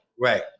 Right